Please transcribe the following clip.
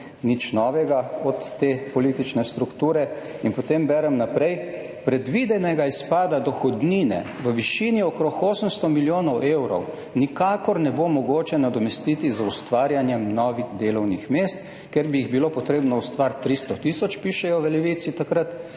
nič novega od te politične strukture. In potem berem naprej, »predvidenega izpada dohodnine v višini okrog 800 milijonov evrov nikakor ne bo mogoče nadomestiti z ustvarjanjem novih delovnih mest, ker bi jih bilo potrebno ustvariti 300 tisoč,« pišejo v Levici takrat,